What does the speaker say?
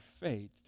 faith